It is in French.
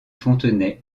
fontenay